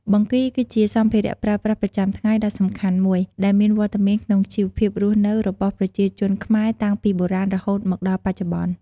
បង្គីគឺជាសម្ភារៈប្រើប្រាស់ប្រចាំថ្ងៃដ៏សំខាន់មួយ ដែលមានវត្តមានក្នុងជីវភាពរស់នៅរបស់ប្រជាជនខ្មែរតាំងពីបុរាណរហូតមកដល់បច្ចុប្បន្ន។